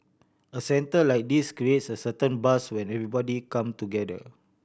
a centre like this creates a certain buzz when everybody come together